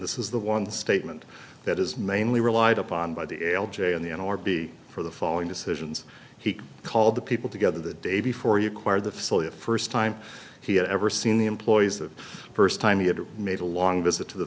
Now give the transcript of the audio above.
this is the one statement that is mainly relied upon by the l j in the n r b for the following decisions he called the people together the day before you quire the first time he had ever seen the employees the first time he had made a long visit to the